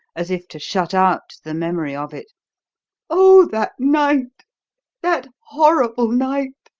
as if to shut out the memory of it oh! that night that horrible night!